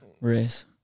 race